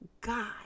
God